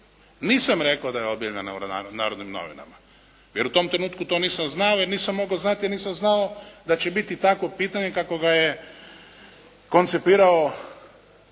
Nisam rekao da je objavljena u Narodnim novinama, jer u tom trenutku to nisam znao, jer nisam mogao znati, nisam znao da će biti takvo pitanje kako ga je konceptirao